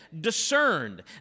discerned